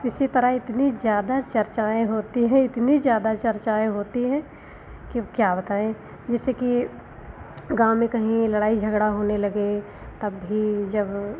इसी तरह इतनी जादा चर्चाएँ होती हैं इतनी ज़्यादा चर्चाएँ होती हैं कि अब क्या बताएँ जैसे कि गाँव में कहीं लड़ाई झगड़ा होने लगे तब भी जब